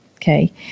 Okay